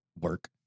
work